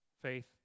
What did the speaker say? faith